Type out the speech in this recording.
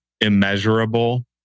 immeasurable